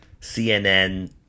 CNN